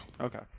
Okay